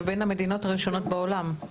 ובין המדינות הראשונות בעולם.